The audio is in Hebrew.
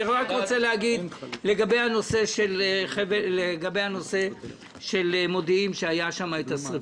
אני רק רוצה להגיד לגבי הנושא של מבוא מודיעים שהייתה שם שריפה.